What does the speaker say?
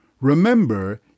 Remember